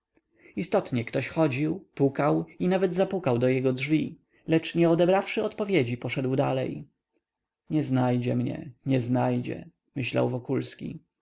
istotnie ktoś chodził pukał i nawet zapukał do jego drzwi lecz nie odebrawszy odpowiedzi poszedł dalej nie znajdzie mnie nie znajdzie myślał wokulski